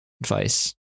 advice